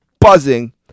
buzzing